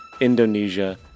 Indonesia